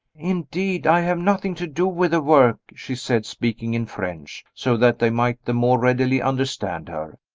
indeed, i have nothing to do with the work, she said, speaking in french, so that they might the more readily understand her.